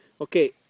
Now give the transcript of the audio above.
okay